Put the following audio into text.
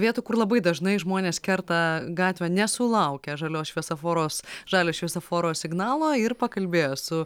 vietų kur labai dažnai žmonės kerta gatvę nesulaukę žalios šviesoforos žalio šviesoforo signalo ir pakalbėjo su